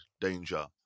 danger